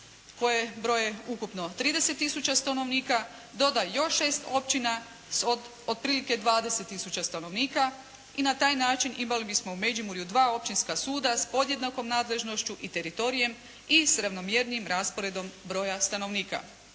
koje broje ukupno 30000 stanovnika doda još 6 općina s otprilike 20000 stanovnika i na taj način imali bismo u Međimurju dva općinska suda s podjednakom nadležnošću i teritorijem i s ravnomjernijim rasporedom broja stanovnika.